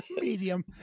medium